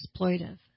exploitive